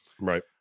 Right